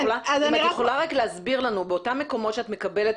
אם את רק יכולה להסביר האם באותם מקומות שאת מקבלת